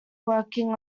working